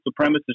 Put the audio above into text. supremacist